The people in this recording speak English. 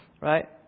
right